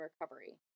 recovery